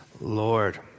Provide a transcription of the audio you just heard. Lord